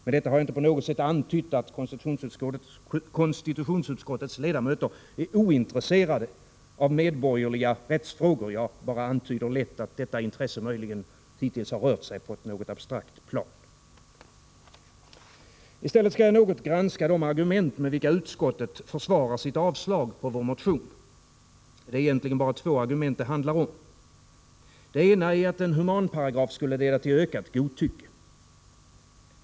Med detta har jag inte på något sätt antytt att konstitutionsutskottets ledamöter är ointresserade av medborgarrättsfrågor, bara att detta intresse hittills möjligen har legat på ett något abstrakt plan. I stället skall jag något granska de argument med vilka utskottet försvarar sitt avstyrkande av vår motion. Det är egentligen bara två argument det handlar om. Det ena är att en humanparagraf skulle leda till ökat godtycke.